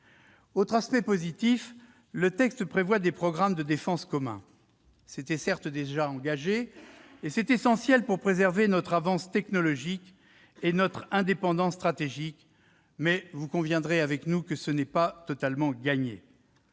Autre aspect positif, le texte prévoit des programmes de défense communs. Certes, ils étaient déjà engagés, et c'est essentiel pour préserver notre avance technologique et notre indépendance stratégique, mais vous conviendrez avec nous que ce n'est pas totalement gagné.